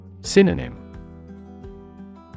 Synonym